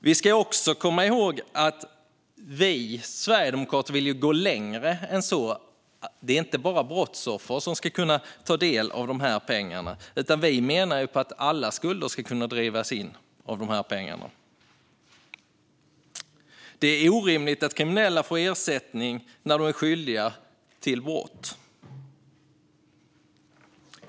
Man ska också komma ihåg att vi sverigedemokrater vill gå längre än så. Det är inte bara brottsoffer som ska kunna ta del av dessa pengar, utan vi menar att alla skulder ska kunna drivas in från de här pengarna. Det är orimligt att kriminella får ersättning när de är skyldiga till brott.